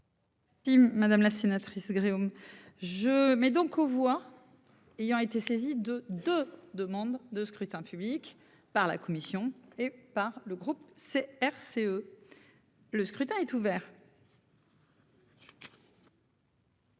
Tim madame la sénatrice. Je mets donc aux voix. Ayant été saisi de de demande de scrutin public par la Commission et par le groupe CRCE. Le scrutin est ouvert.